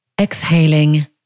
Exhaling